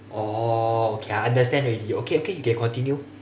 oh okay I understand already okay okay you can continue